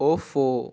of